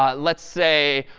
ah let's say,